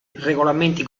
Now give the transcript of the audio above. regolamenti